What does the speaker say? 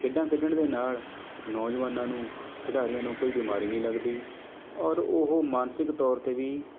ਖੇਡਾਂ ਖੇਡਣ ਦੇ ਨਾਲ ਨੌਜਵਾਨਾਂ ਨੂੰ ਖਿਡਾਰੀਆਂ ਨੂੰ ਕੋਈ ਬਿਮਾਰੀ ਨਹੀਂ ਲੱਗਦੀ ਔਰ ਉਹ ਮਾਨਸਿਕ ਤੌਰ 'ਤੇ ਵੀ